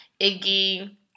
Iggy